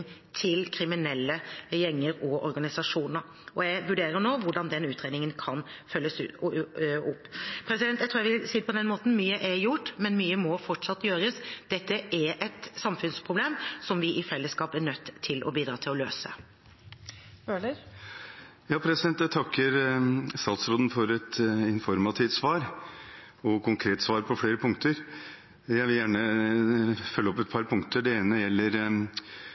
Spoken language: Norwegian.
til kriminelle gjenger og organisasjoner. Jeg vurderer nå hvordan den utredningen kan følges opp. Jeg tror jeg vil si det på den måten: Mye er gjort, men mye må fortsatt gjøres. Dette er et samfunnsproblem som vi i fellesskap er nødt til å bidra til å løse. Jeg takker statsråden for et informativt svar – og et konkret svar på flere punkter. Jeg vil gjerne følge opp et par punkter. Det ene gjelder